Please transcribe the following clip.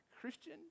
Christian